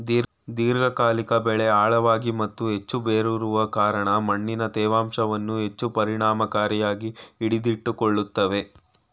ದೀರ್ಘಕಾಲಿಕ ಬೆಳೆ ಆಳವಾಗಿ ಮತ್ತು ಹೆಚ್ಚು ಬೇರೂರುವ ಕಾರಣ ಮಣ್ಣಿನ ತೇವಾಂಶವನ್ನು ಹೆಚ್ಚು ಪರಿಣಾಮಕಾರಿಯಾಗಿ ಹಿಡಿದಿಟ್ಟುಕೊಳ್ತವೆ